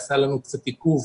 עשתה לנו קצת עיכוב